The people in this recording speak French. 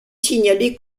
signalé